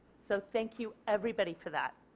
so thank you everybody for that.